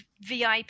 VIP